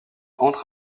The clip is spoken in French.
entre